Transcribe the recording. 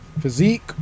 physique